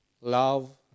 love